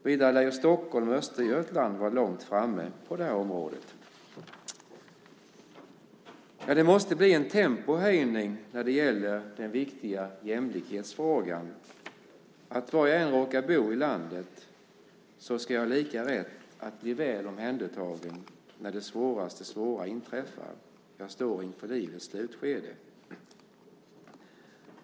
Vidare lär ju Stockholm och Östergötland vara långt framme på det här området. Det måste bli en tempohöjning när det gäller den viktiga jämlikhetsfrågan. Var jag än råkar bo i landet ska jag ha lika stor rätt att bli väl omhändertagen när det svåraste svåra inträffar - jag står inför livets slutskede.